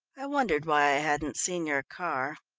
i wondered why i hadn't seen your car.